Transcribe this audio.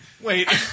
wait